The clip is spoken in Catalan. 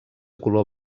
color